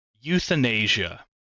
Euthanasia